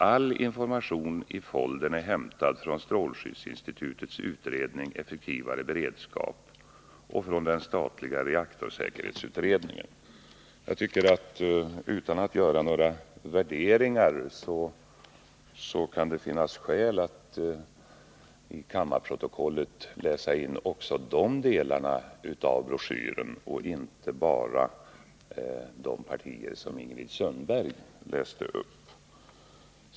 All information i foldern är hämtad från Strålskyddsinstitutets utredning "Effektivare beredskap” och från den Statliga reaktorsäkerhetsutredningen ——=-.” Jag tycker att det kan finnas skäl, utan att göra några värderingar, att till kammarprotokollet läsa in också de delarna av broschyren och inte bara de partier som Ingrid Sundberg läste upp.